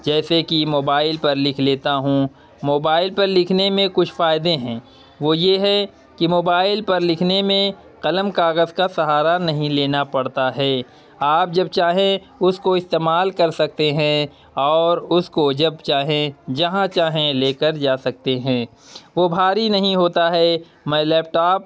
جیسے کہ موبائل پر لکھ لیتا ہوں موبائل پر لکھنے میں کچھ فائدے ہیں وہ یہ ہے کہ موبائل پر لکھنے میں قلم کاغذ کا سہارا نہیں لینا پڑتا ہے آپ جب چاہیں اس کو استعمال کر سکتے ہیں اور اس کو جب چاہیں جہاں چاہیں لے کر جا سکتے ہیں وہ بھاری نہیں ہوتا ہے میں لیپ ٹاپ